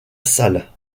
salles